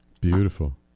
Beautiful